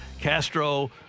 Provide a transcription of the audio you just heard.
Castro